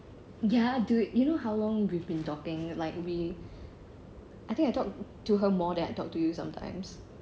ya dude you know how long we've been talking like we I think I talk to her more than I talk to you sometimes